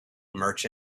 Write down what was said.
merchant